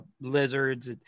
lizards